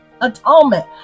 atonement